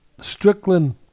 Strickland